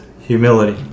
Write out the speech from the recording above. humility